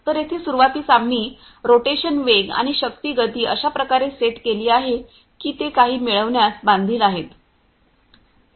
तर येथे सुरुवातीस आम्ही रोटेशन वेग आणि शक्ती गती अशा प्रकारे सेट केली आहे की ते काही मिळवण्यास बांधील आहेत संदर्भ वेळ 1457